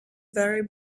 vary